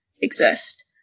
exist